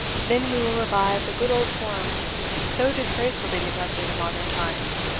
then we will revive the good old forms so disgracefully neglected in modern times.